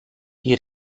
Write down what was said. die